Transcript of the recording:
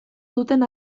duten